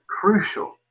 crucial